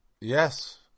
Yes